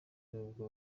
nubwo